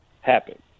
happen